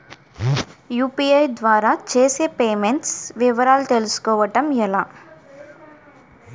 UPI ద్వారా చేసిన payments వివరాలు తెలుసుకోవటం ఎలా?